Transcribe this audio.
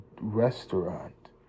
restaurant